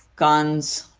guns,